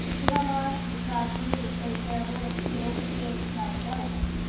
to her mind the tragedy was so terrible that she could only feel its tragic element.